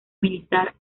militar